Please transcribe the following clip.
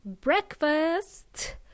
breakfast